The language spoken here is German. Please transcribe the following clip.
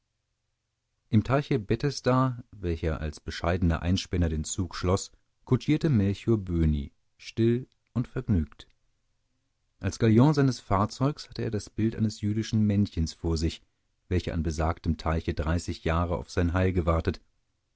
im teiche bethesda welcher als bescheidener einspänner den zug schloß kutschierte melchior böhni still und vergnügt als galion seines fahrzeugs hatte er das bild jenes jüdischen männchens vor sich welches an besagtem teich dreißig jahre auf sein heil gewartet